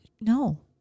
no